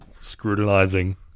scrutinizing